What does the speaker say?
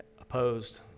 opposed